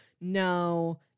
no